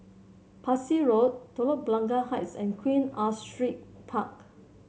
Parsi Road Telok Blangah Heights and Queen Astrid Park